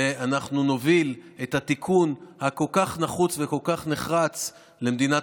ואנחנו נוביל את התיקון הכל-כך נחוץ וכל כך נחרץ למדינת